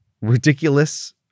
ridiculous